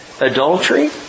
adultery